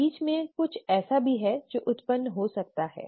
बीच में कुछ ऐसा भी है जो उत्पन्न हो सकता है